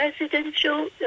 residential